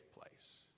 place